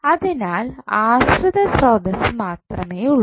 അതിനാൽ ആശ്രിത സ്രോതസ്സ് മാത്രമേ ഉള്ളു